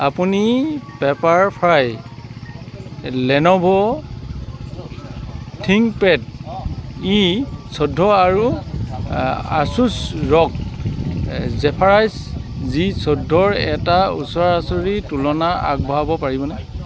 আপুনি পেপাৰফ্ৰাইত Lenovo ThinkPad E চৈধ্য আৰু আছুছ ৰগ জেফাইৰাছ জি চৈধ্যৰ এটা ওচৰা উচৰি তুলনা আগবঢ়াব পাৰিবনে